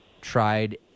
tried